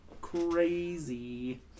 Crazy